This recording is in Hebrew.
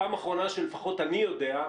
פעם אחרונה שלפחות אני יודע,